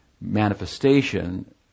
manifestation